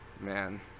Man